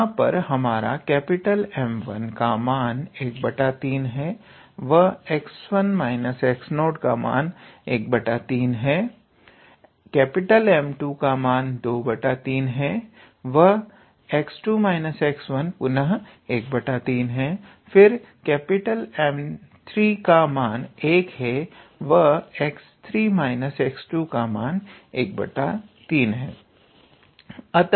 यहां पर हमारा M1 का मान 13 है व 𝑥1 − 𝑥0 का मान13 है M2 का मान 23 है व 𝑥2 − 𝑥1 पुनः 13 है फिर M3 का मान 1 व 𝑥3 − 𝑥2 का मान 13 है